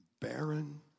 barren